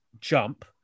jump